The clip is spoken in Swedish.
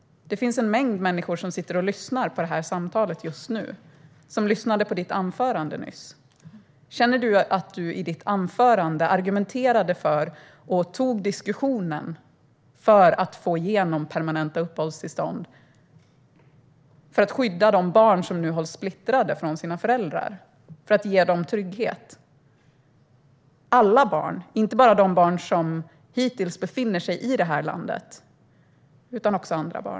Det är en mängd människor som lyssnar på det här samtalet just nu och som lyssnade på ditt anförande nyss. Känner du att du i ditt anförande argumenterade för och tog diskussionen om att få igenom permanenta uppehållstillstånd - detta för att skydda de barn som nu hålls splittrade från sina föräldrar och för att ge dem trygghet? Det gäller alla barn, inte bara de barn som befinner sig i landet.